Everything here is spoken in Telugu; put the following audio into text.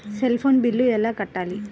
సెల్ ఫోన్ బిల్లు ఎలా కట్టారు?